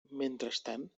mentrestant